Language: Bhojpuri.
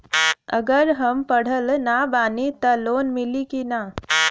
अगर हम पढ़ल ना बानी त लोन मिली कि ना?